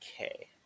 Okay